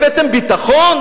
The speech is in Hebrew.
הבאתם ביטחון?